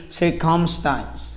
circumstance